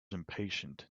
impatient